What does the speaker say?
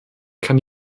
kann